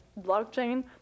blockchain